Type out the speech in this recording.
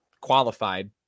qualified